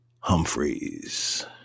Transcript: Humphreys